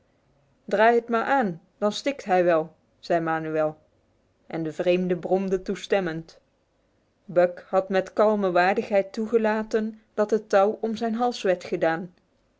draai het maar aan dan stikt hij wel zei manuel en de vreemde bromde toestemmend buck had met kalme waardigheid toegelaten dat het touw om zijn hals werd gedaan